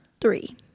Three